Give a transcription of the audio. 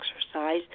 exercise